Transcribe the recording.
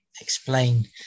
explain